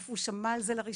איפה הוא שמע על זה לראשונה,